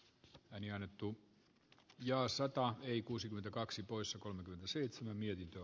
reini annettu jo sotaa ei kuusikymmentäkaksi poissa kolmekymmentäseitsemän mietintö